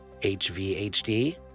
HVHD